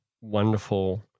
wonderful